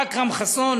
אכרם חסון,